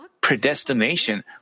predestination